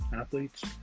athletes